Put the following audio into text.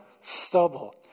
stubble